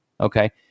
okay